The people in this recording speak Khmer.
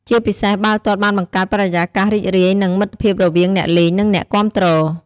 ជាពិសេសបាល់ទាត់បានបង្កើតបរិយាកាសរីករាយ និងមិត្តភាពរវាងអ្នកលេង និងអ្នកគាំទ្រ។